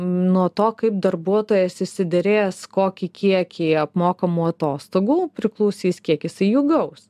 nuo to kaip darbuotojas išsiderės kokį kiekį apmokamų atostogų priklausys kiek jisai jų gaus